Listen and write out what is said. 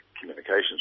communications